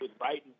writing